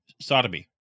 Sodomy